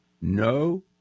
no